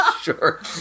Sure